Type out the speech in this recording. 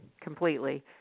completely